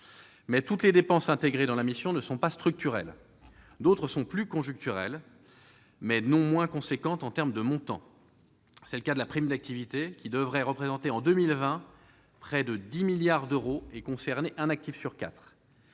toutes les dépenses intégrées dans la mission ne sont pas structurelles. D'autres sont plus conjoncturelles, mais non moins importantes en termes de montants. C'est le cas de la prime d'activité, qui devrait représenter, en 2020, près de 10 milliards d'euros et concerner un actif sur quatre.